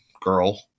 girl